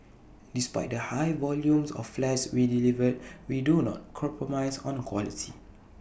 despite the high volume of flats we delivered we do not compromise on quality